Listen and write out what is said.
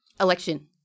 Election